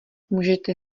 můžete